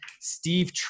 Steve